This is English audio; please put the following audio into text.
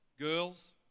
Girls